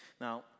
Now